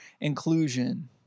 inclusion